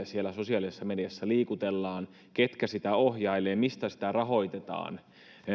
siellä sosiaalisessa mediassa liikutellaan ketkä sitä ohjailevat mistä sitä rahoitetaan